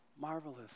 marvelous